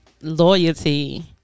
Loyalty